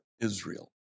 Israel